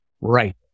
Right